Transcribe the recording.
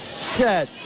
set